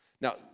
Now